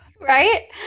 Right